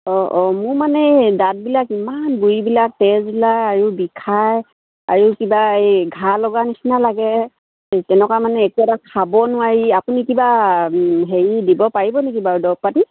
অঁ অঁ মোৰ মানে এই দাঁতবিলাক ইমান গুৰিবিলাক তেজ ওলায় আৰু বিষায় আৰু কিবা এই ঘাঁ লগা নিচিনা লাগে তেনেকুৱা মানে একো এটা খাব নোৱাৰি আপুনি কিবা হেৰি দিব পাৰিব নেকি বাৰু দৰৱ পাতি